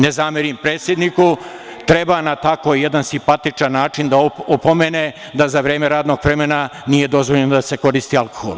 Ne zameram predsedniku, treba na tako jedan simpatičan način da opomene da za vreme radnog vremena nije dozvoljeno da se koristi alkohol.